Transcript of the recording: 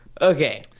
Okay